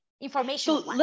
information